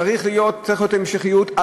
צריכה להיות המשכיות.